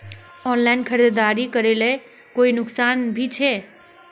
Online खरीदारी करले कोई नुकसान भी छे?